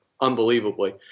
unbelievably